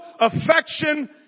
affection